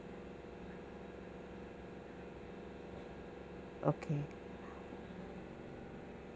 okay